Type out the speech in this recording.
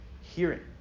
Hearing